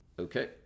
okay